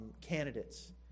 candidates